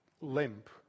limp